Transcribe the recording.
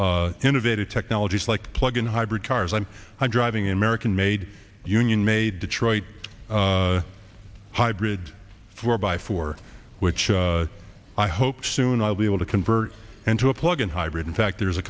kinds innovative technologies like plug in hybrid cars i'm driving american made union made detroit hybrid four by four which i hope soon i'll be able to convert into a plug in hybrid in fact there's a